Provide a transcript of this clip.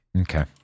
Okay